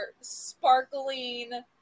sparkling